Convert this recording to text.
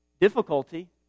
difficulty